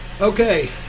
Okay